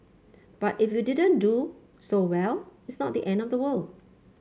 but if you didn't do so well it's not the end of the world